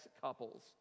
couples